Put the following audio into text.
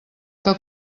que